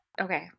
Okay